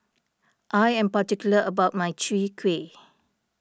I am particular about my Chwee Kueh